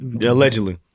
Allegedly